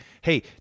Hey